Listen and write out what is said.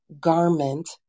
garment